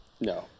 no